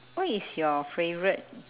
what is your favourite